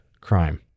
crime